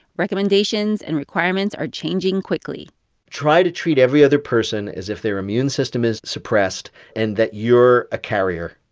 recommendations and requirements are changing quickly try to treat every other person as if their immune system is suppressed and that you're a carrier.